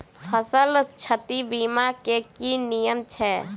फसल क्षति बीमा केँ की नियम छै?